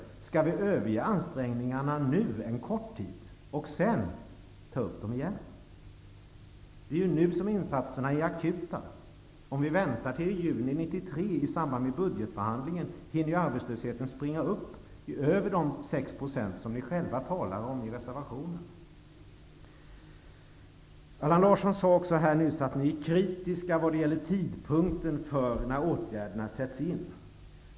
Skall vi överge ansträngningarna nu, en kort tid, och sedan ta upp dem igen? Det är ju nu som behovet av insatser är akut. Om vi väntar till i juni 1993 i samband med budgetbehandlingen, hinner arbetslösheten springa upp i över de 6 % som ni själva talar om i reservationen. Allan Larsson sade också här nyss att Socialdemokraterna är kritiska vad gäller tidpunkten för när åtgärderna sätts in.